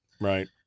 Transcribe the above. Right